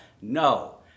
No